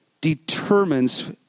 determines